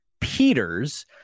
Peters